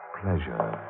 pleasure